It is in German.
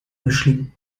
mischling